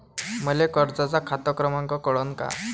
मले कर्जाचा खात क्रमांक कळन का?